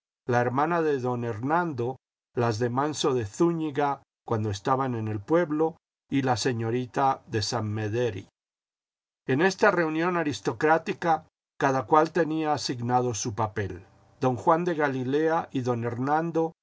la hermana de don hernando las de manso de zúñiga cuando estaban en el pueblo y la señorita de san mederi en esta reunión aristocrática cada cual tenía asignado su papel don juan de galilea y don